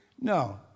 No